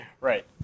right